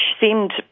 seemed